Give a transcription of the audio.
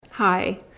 Hi